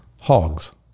Hogs